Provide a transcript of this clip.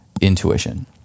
intuition